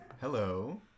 Hello